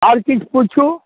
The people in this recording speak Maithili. आर किछु पुछू